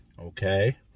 okay